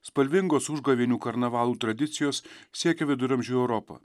spalvingos užgavėnių karnavalų tradicijos siekia viduramžių europą